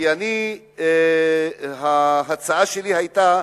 כי ההצעה שלי היתה: